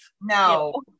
No